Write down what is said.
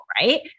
right